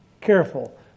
careful